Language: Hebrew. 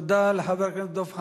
תודה לחבר הכנסת דב חנין.